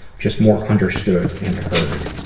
just more understood and heard.